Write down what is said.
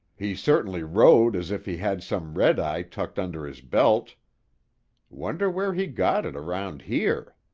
he certainly rode as if he had some red-eye tucked under his belt wonder where he got it around here?